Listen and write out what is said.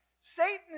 Satan